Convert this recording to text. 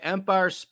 Empire